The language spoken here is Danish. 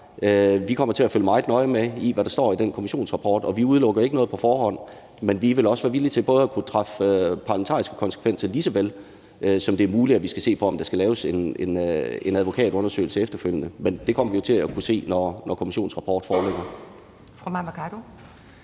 vi kommer til at følge meget nøje med i, hvad der står i den kommissionsrapport, og vi udelukker ikke noget på forhånd. Men vi vil også være villige til at drage parlamentariske konsekvenser, lige så vel som det er muligt, at vi skal se på, om der skal laves en advokatundersøgelse efterfølgende. Men det kommer vi jo til at kunne se, når kommissionens rapport foreligger.